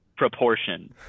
proportion